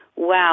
Wow